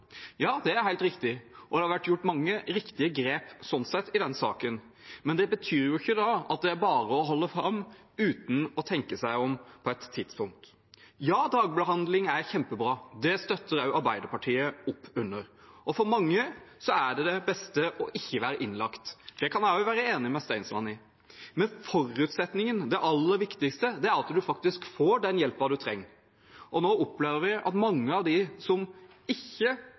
Ja, det er helt riktig, og det har sånn sett vært gjort mange riktige grep i denne saken. Men det betyr ikke at det er bare å holde fram uten å tenke seg om på et tidspunkt. Ja, dagbehandling er kjempebra. Det støtter også Arbeiderpartiet opp under. For mange er det beste ikke å være innlagt. Det kan jeg også være enig med Stensland i. Men forutsetningen – det aller viktigste – er at man faktisk får den hjelpen man trenger, og nå opplever vi at mange av dem som ikke